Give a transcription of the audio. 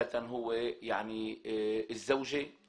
הוא לא תושב ארעי.